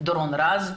דורון רז.